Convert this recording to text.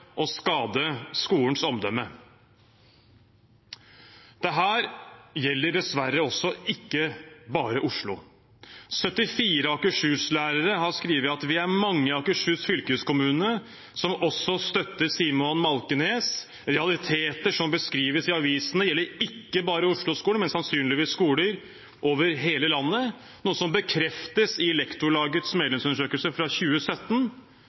å skade skolens omdømme». Dette gjelder dessverre ikke bare Oslo. 74 Akershus-lærere har skrevet: «Vi er mange i Akershus fylkeskommune som også støtter Simon Malkenes. Realiteter som beskrives i avisene gjelder ikke bare Osloskolene, men sannsynligvis skoler over hele landet.» Dette er noe som bekreftes i Lektorlagets medlemsundersøkelse fra 2017,